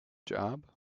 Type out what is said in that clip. job